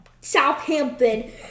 Southampton